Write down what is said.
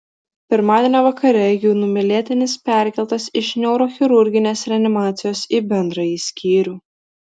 pirmadienio vakare jų numylėtinis perkeltas iš neurochirurginės reanimacijos į bendrąjį skyrių